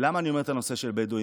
ולמה אני אומר את הנושא של הבדואים?